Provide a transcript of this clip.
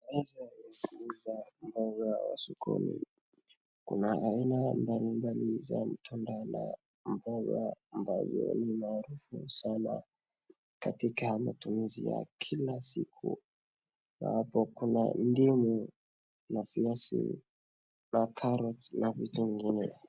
Hizi ni sifa mboga za sokoni, kuna aina mbalimbali za matunda na mboga ambayo ni maarufu sana katika matumizi ya kila sku, na hapo kuna ndimu na viazi na carrot na vitu zingine.